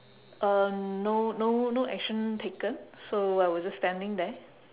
uh no no no action taken so I was just standing there